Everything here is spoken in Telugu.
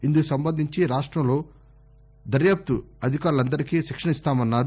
ఇందుకు సంబంధించి రాష్ట్రంలో దర్యాప్తు అధికారులందరికీ శిక్షణ ఇస్తామన్నారు